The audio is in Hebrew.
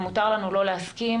ומותר לנו לא להסכים,